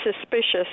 suspicious